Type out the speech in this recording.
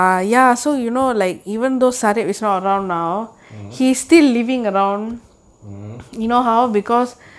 mm mm